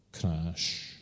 crash